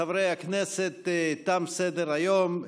חברי הכנסת, תם סדר-היום.